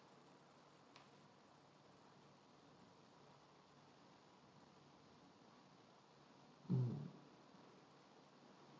mm